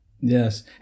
Yes